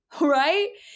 Right